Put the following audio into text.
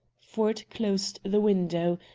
ford closed the window,